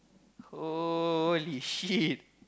holy shit